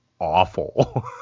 awful